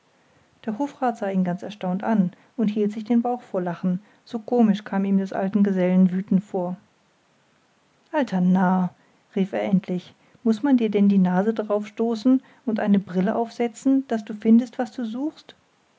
der hofrat sah ihn ganz erstaunt an und hielt sich den bauch vor lachen so komisch kam ihm des alten gesellen wüten vor alter narr rief er endlich muß man dir denn die nase drauf stoßen und eine brille aufsetzen daß du findest was du suchst